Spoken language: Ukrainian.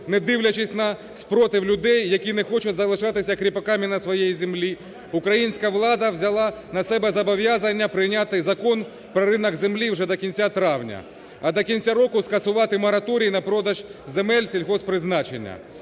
недивлячись на спротив людей, які не хочуть залишатися кріпаками на своїй землі, українська влада взяла на себе зобов'язання прийняти Закон про ринок землі вже до кінця травня, а до кінця року скасувати мораторій на продаж земель сільгосппризначення.